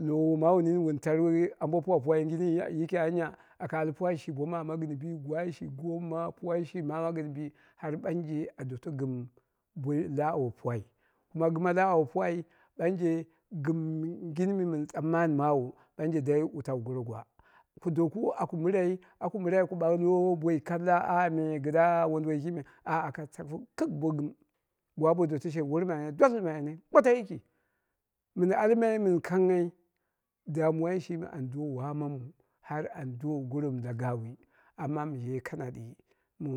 lo womawu nini wun tar ambo puwapuwangini yiki anya, aka al puwa shi bo ma gɨn bɨ, gwai shi gomma puwai shi ma gɨn bi har ɓanje a doto gɨm laawo puwai kuma she gɨmma laawo puwai ɓanje gɨmgin mɨ mɨn tsamani mawu ɓanje dai wu tawu goro gwa, ku doku aku mɨrai, aku mɨrai ku bagh lo boi kalla, me kɨdda wondu woi kimeu ah ka taku kɨk bogɨm gwa bo doto she dwa lɨlmai ane wormai ane goto yiki. Mɨn almai mɨn kangnghai damuwai shimi ardo waamamu, har an do goromu la gaawi amma mɨye kanadɨ mu